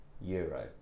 euro